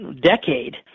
decade